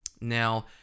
now